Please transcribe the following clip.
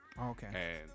Okay